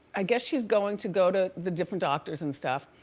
i guess she's going to go to the different doctors and stuff.